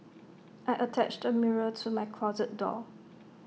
I attached A mirror to my closet door